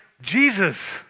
jesus